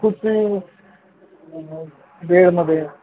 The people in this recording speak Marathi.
खुर्ची आणि बेडमध्ये